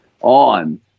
on